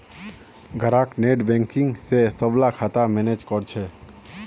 ग्राहक नेटबैंकिंग स सबला खाता मैनेज कर छेक